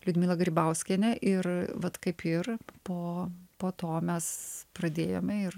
liudmila grybauskienė ir vat kaip ir po po to mes pradėjome ir